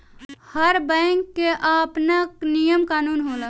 हर bank कअ आपन नियम कानून होला